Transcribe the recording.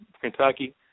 Kentucky